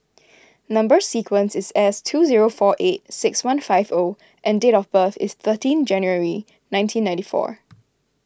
Number Sequence is S two zero four eight six one five O and date of birth is thirteen January nineteen ninety four